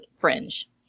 Fringe